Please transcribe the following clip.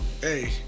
Hey